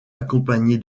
accompagnée